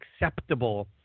acceptable